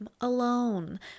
alone